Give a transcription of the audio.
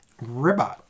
Ribot